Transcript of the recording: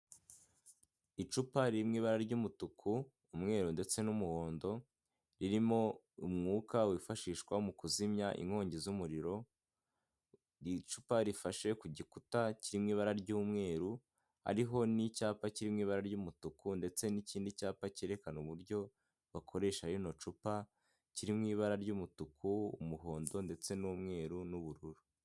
Icupa riri mu ibara ry'umutuku, umweru ndetse n'umuhondo, ririmo umwuka wifashishwa mu kuzimya inkongi z'umuriro, iri cupa rifashe ku gikuta kiri mu ibara ry'umweru hariho n'icyapa kiri mu ibara ry'umutuku ndetse n'ikindi cyapa cyerekana uburyo bakoresha rino cupa kiri mu ibara ry'umutuku, umuhondo ndetse n'umweru n'ubururu.